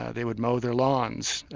ah they would mow their lawns,